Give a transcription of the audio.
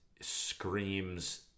screams